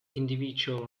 individual